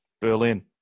Berlin